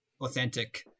authentic